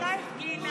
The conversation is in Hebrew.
היא לא הפגינה,